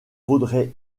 vaudrait